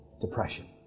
Depression